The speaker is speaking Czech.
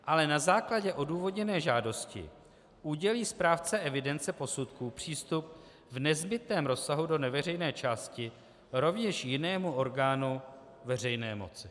Ale na základě odůvodněné žádosti udělí správce evidence posudků přístup v nezbytném rozsahu do neveřejné části rovněž jinému orgánu veřejné moci.